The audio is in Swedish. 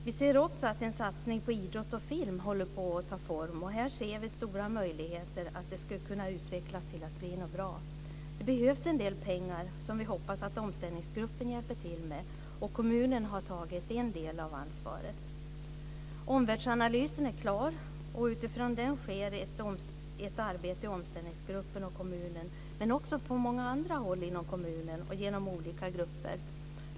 Vi ser också att en satsning på idrott och film håller på att ta form. Här ser vi stora möjligheter till att det skulle kunna utvecklas till att bli något bra. Det behövs en del pengar som vi hoppas att omställningsgruppen hjälper till med. Kommunen har tagit en del av ansvaret. Omvärldsanalysen är klar, och utifrån den sker ett arbete i omställningsgruppen och kommunen, men också på många andra håll i kommunen och genom olika grupper.